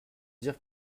dire